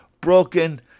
broken